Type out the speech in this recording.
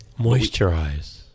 Moisturize